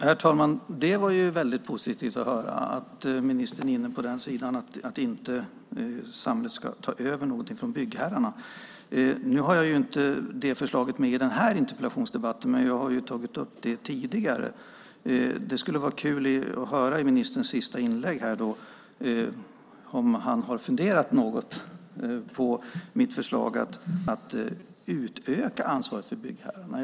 Herr talman! Det var väldigt positivt att höra att ministern är inne på att samhället inte ska ta över någonting från byggherrarna. Nu har jag inte det förslag jag tänker tala om med i den här interpellationsdebatten, men jag har tagit upp det tidigare. Det skulle vara kul att höra i ministerns sista inlägg om han har funderat något på mitt förslag om att utöka ansvaret för byggherrarna.